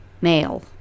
male